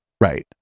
right